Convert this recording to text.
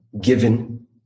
given